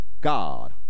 God